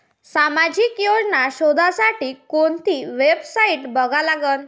सामाजिक योजना शोधासाठी कोंती वेबसाईट बघा लागन?